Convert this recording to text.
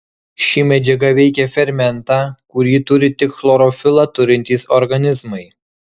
ši medžiaga veikia fermentą kurį turi tik chlorofilą turintys organizmai